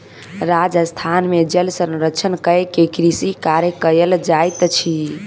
राजस्थान में जल संरक्षण कय के कृषि कार्य कयल जाइत अछि